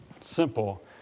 simple